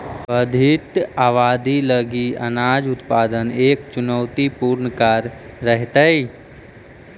बढ़ित आबादी लगी अनाज उत्पादन एक चुनौतीपूर्ण कार्य रहेतइ